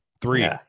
Three